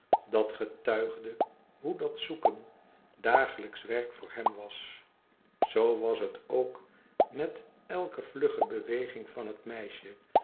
dat getuigde hoe dat zoeken dagelijksch werk voor hem was zoo was het ook met elke vlugge beweging van het meisje